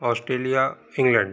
Australia England